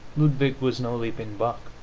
ludwig was no leaping buck.